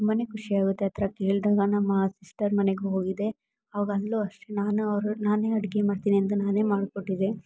ತುಂಬ ಖುಷಿ ಆಗುತ್ತೆ ಆ ಥರ ಕೇಳಿದಾಗ ನಮ್ಮ ಸಿಸ್ಟರ್ ಮನೆಗೆ ಹೋಗಿದ್ದೆ ಆವಾಗ ಅಲ್ಲೂ ಅಷ್ಟೆ ನಾನು ಅವ್ರು ನಾನೇ ಅಡಿಗೆ ಮಾಡ್ತೀನಿ ಅಂತ ನಾನೇ ಮಾಡಿಕೊಟ್ಟಿದ್ದೆ